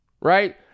Right